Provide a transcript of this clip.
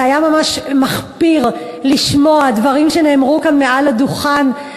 זה היה ממש מחפיר לשמוע דברים שנאמרו כאן מעל הדוכן,